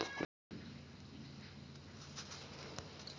लौकी ला कीट मन कइसे खराब करथे?